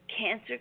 cancer